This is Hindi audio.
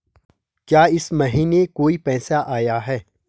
क्या इस महीने कोई पैसा आया है?